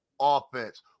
offense